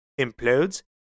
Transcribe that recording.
implodes